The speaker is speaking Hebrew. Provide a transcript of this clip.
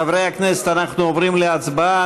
חברי הכנסת, אנחנו עוברים להצבעה.